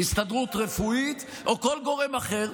הסתדרות רפואית או כל גורם אחר,